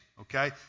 okay